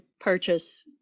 purchase